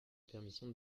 permission